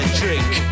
drink